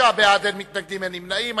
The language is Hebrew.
תשעה בעד, אין מתנגדים, אין נמנעים.